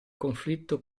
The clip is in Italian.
conflitto